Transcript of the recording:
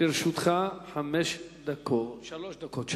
לרשותך שלוש דקות.